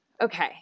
Okay